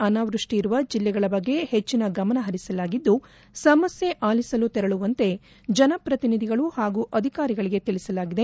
ಅನಾವೃಷ್ಠಿ ಇರುವ ಜಿಲ್ಲೆಗಳ ಬಗ್ಗೆ ಹೆಚ್ಚಿನ ಗಮನ ಹರಿಸಲಾಗಿದ್ದು ಸಮಸ್ಕೆ ಆಲಿಸಲು ತೆರಳುವಂತೆ ಜನಪ್ರತಿನಿಧಿಗಳು ಹಾಗೂ ಅಧಿಕಾರಿಗಳಿಗೆ ತಿಳಿಸಲಾಗಿದೆ